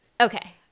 okay